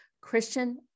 Christian